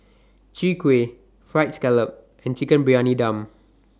Chwee Kueh Fried Scallop and Chicken Briyani Dum